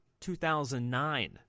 2009